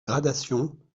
gradation